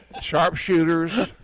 sharpshooters